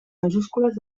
majúscules